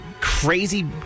crazy